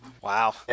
wow